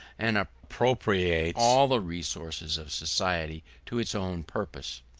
and appropriates all the resources of society to its own purposes.